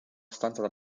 stanza